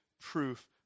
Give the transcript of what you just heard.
proof